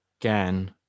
again